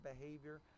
behavior